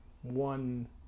one